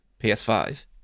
PS5